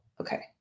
Okay